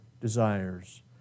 desires